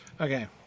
Okay